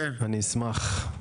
אני אשמח.